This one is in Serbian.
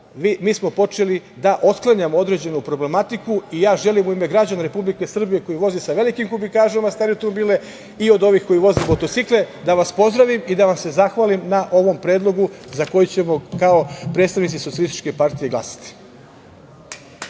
mi smo počeli da otklanjamo određenu problematiku. Želim u ime građana Republike Srbije koji voze sa velikim kubikažama i od ovih koji voze motorcikle, da vas pozdravim i da vam se zahvalim na ovom predlogu za koji ćemo kao predstavnici SPS glasati.